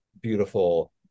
beautiful